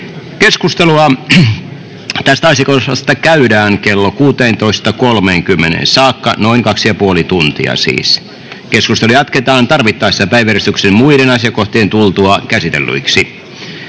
Keskustelua tästä asiakohdasta käydään klo 16.30:een saakka, noin 2,5 tuntia. Keskustelua jatketaan tarvittaessa päiväjärjestyksen muiden asiakohtien tultua käsitellyiksi.